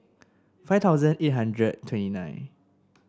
five thousand eight hundred twenty nine